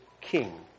king